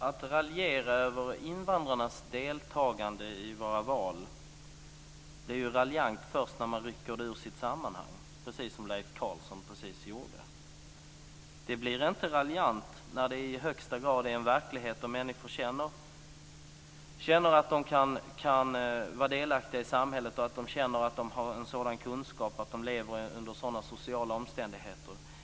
Fru talman! Att tala om invandrarnas deltagande i våra val blir raljant först när man rycker det ur sitt sammanhang, precis som Leif Carlson nyss gjorde. Det är inte raljant när det i högsta grad är en verklighet, när människor känner att de kan vara delaktiga i samhället, när de känner att de har en sådan kunskap att de lever under sådana sociala omständigheter.